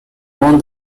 won